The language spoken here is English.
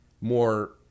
more